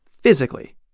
physically